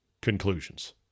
conclusions